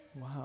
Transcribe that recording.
Wow